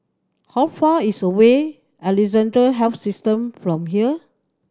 how far is away Alexandra Health System from here